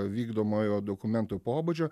vykdomojo dokumento pobūdžio